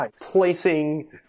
placing